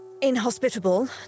inhospitable